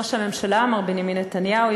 ראש הממשלה מר בנימין נתניהו,